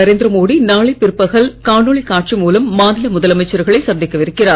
நரேந்திர மோடி நாளை பிற்பகல் காணொலி காட்சி ழூலம் மாநில முதலமைச்சர்களை சந்திக்கவிருக்கிறார்